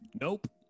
Nope